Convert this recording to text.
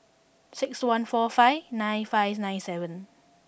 six one four five nine five nine seven